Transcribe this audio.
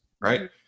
right